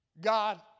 God